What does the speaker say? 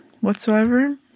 whatsoever